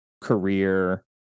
career